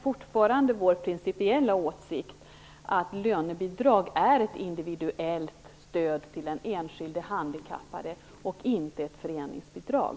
Fortfarande är det vår principiella åsikt att lönebidrag är ett individuellt stöd till en enskild handikappad - inte ett föreningsbidrag.